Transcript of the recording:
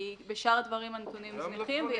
כי בשאר הדברים הנתונים זניחים.